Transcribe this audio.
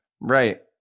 Right